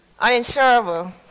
Uninsurable